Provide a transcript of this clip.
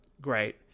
Great